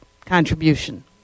contribution